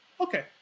Okay